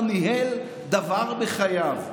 לא ניהל דבר בחייו,